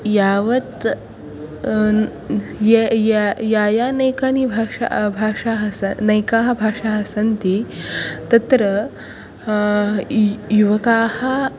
यावत् या या नैकानि भाषाः भाषाः सा नैकाः भाषाः सन्ति तत्र युवकाः